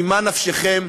ממה נפשכם,